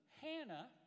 Hannah